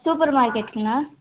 super மார்க்கெட்டுங்களா